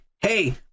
hey